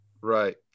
Right